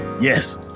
Yes